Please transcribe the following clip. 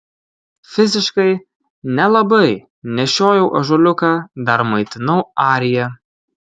fiziškai nelabai nešiojau ąžuoliuką dar maitinau ariją